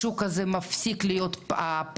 השוק הזה מפסיק להיות פרוץ.